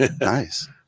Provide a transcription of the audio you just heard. Nice